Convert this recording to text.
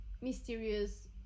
mysterious